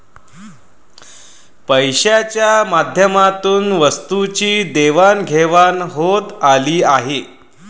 पैशाच्या माध्यमातून वस्तूंची देवाणघेवाण होत आली आहे